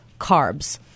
Carbs